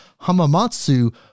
Hamamatsu